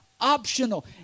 optional